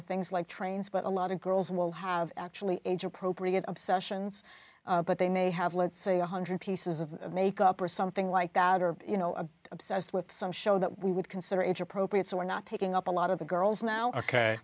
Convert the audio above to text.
with things like trains but a lot of girls will have actually age appropriate obsessions but they may have let's say a one hundred pieces of makeup or something like that or you know i'm obsessed with some show that we would consider age appropriate so we're not taking up a lot of the girls now ok